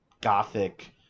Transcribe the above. gothic